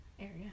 area